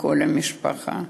מכל המשפחה.